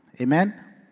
Amen